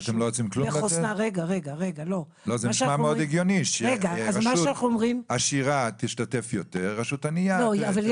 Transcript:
נשמע מאוד הגיוני שרשות עשירה תשתתף יותר ורשות עניה פחות.